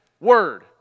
word